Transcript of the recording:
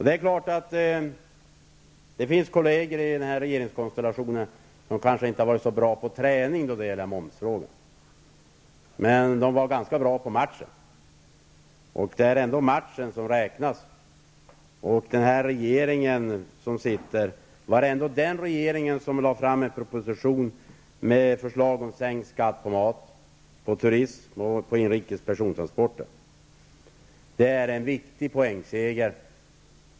Det är klart att det finns kolleger i denna regeringskonstellation som kanske inte har varit så bra på träning när det gäller momsfrågan, men de var ganska bra på matchen, och det är ändå matchen som räknas. Och det var ändå den nuvarande regeringen som lade fram en proposition med förslag om en sänkning av skatten på mat, turism och inrikes persontransporter. Det är en viktig poängseger.